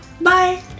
Bye